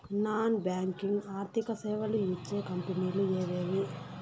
Non banking ఆర్థిక సేవలు ఇచ్చే కంపెని లు ఎవేవి?